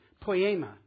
poema